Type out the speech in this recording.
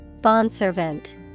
Bondservant